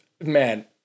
Man